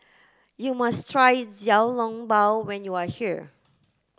you must try Xiao Long Bao when you are here